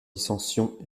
dissensions